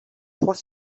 trois